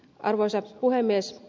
arvoisa puhemies